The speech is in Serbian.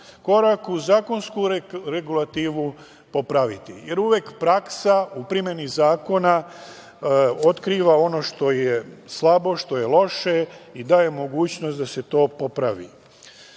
koraku zakonsku regulativu popraviti, jer uvek praksa u primeni zakona otkriva ono što je slabo, što je loše i daje mogućnost da se to popravi. Na